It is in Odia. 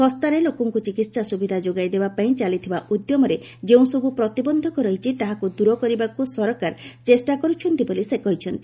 ଶସ୍ତାରେ ଲୋକଙ୍କୁ ଚିକିତ୍ସା ସୁବିଧା ଯୋଗାଇଦେବା ପାଇଁ ଚାଲିଥିବା ଉଦ୍ୟମରେ ଯେଉଁସବୁ ପ୍ରତିବନ୍ଧକ ରହିଛି ତାହାକୁ ଦୂର କରିବାକୁ ସରକାର ଚେଷ୍ଟା କରୁଛନ୍ତି ବୋଲି ସେ କହିଛନ୍ତି